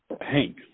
Hank